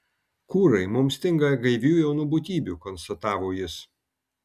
kūrai mums stinga gaivių jaunų būtybių konstatavo jis